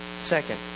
Second